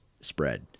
spread